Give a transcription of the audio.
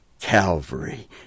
Calvary